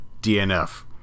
DNF